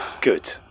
Good